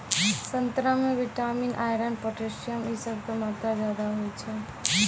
संतरा मे vitamin, iron, potassium इ सभ के मात्रा ज्यादा होय छै